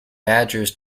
badgers